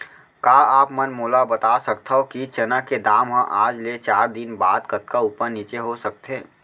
का आप मन मोला बता सकथव कि चना के दाम हा आज ले चार दिन बाद कतका ऊपर नीचे हो सकथे?